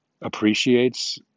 appreciates